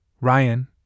Ryan